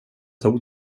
tog